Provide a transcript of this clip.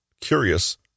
curious